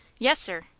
yes, sir.